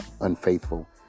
unfaithful